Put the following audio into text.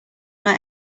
let